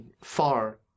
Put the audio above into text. far